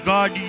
God